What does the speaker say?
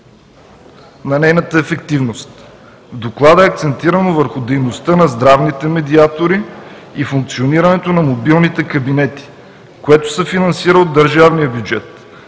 на нейната ефективност. В Доклада е акцентирано върху дейността на здравните медиатори и функционирането на мобилните кабинети, което се финансира от държавния бюджет.